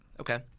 Okay